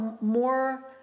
more